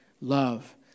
love